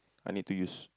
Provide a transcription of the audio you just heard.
I need to use